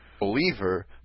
believer